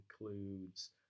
includes